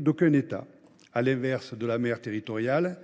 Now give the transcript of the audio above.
d’aucun État, à l’inverse de la mer territoriale,